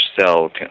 cell